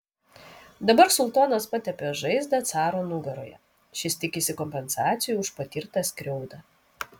dabar sultonas patepė žaizdą caro nugaroje šis tikisi kompensacijų už patirtą skriaudą